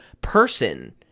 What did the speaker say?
person